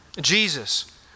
Jesus